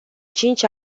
cinci